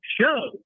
show